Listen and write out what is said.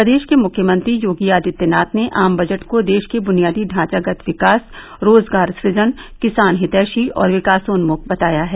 प्रदेश के मुख्यमंत्री योगी आदित्यनाथ ने आम बजट को देश के बुनियादी ढांचागत विकास रोजगार सुजन किसान हितैशी और विकासोन्मुख बताया है